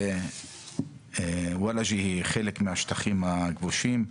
אז וולאג'ה היא חלק מהשטחים הכבושים,